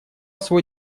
свой